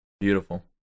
Beautiful